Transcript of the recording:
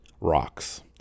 rocks